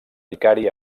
vicari